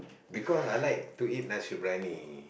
because I like to eat nasi-biryani